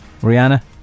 Rihanna